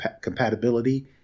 compatibility